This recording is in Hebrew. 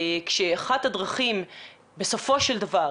כשאחת הדרכים בסופו של דבר